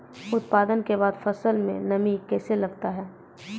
उत्पादन के बाद फसल मे नमी कैसे लगता हैं?